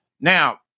Now